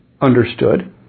understood